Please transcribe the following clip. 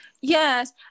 Yes